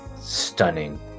stunning